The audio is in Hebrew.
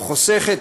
או חוסכת,